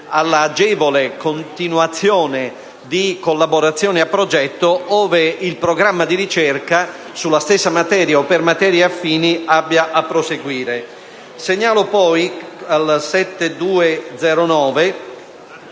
all'agevole continuazione di collaborazioni a progetto, ove il programma di ricerca sulla stessa materia o per materie affini abbia a proseguire.